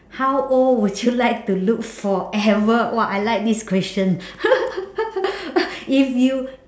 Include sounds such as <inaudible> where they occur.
how old would you like to look forever !wah! I like this question <laughs> if you